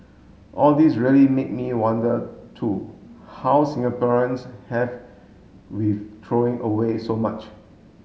all this really made me wonder too how Singaporeans have with throwing away so much